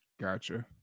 Gotcha